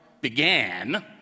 began